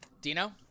Dino